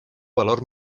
valor